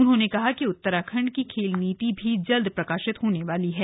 उन्होंने कहा कि उत्तराखण्ड की खेल नीति भी जल्द प्रकाशित होने वाली है